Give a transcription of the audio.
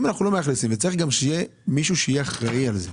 צריך שיהיה מישהו שיהיה אחראי על זה.